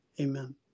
Amen